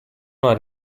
una